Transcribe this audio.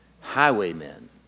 Highwaymen